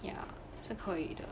ya 是可以的